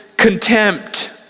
contempt